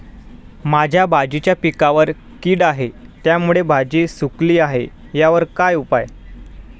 माझ्या भाजीच्या पिकावर कीड आहे त्यामुळे भाजी सुकली आहे यावर काय उपाय?